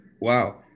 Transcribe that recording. Wow